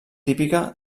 típica